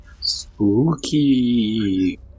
Spooky